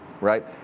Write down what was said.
right